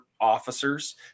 officers